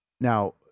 Now